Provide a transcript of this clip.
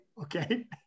okay